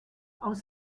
aus